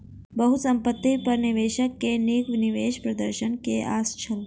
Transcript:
बहुसंपत्ति पर निवेशक के नीक निवेश प्रदर्शन के आस छल